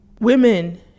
women